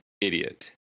idiot